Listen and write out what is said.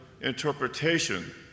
interpretation